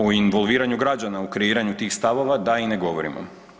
O involviranju građana u kreiranju tih stavova da i ne govorimo.